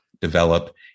develop